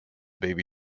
baby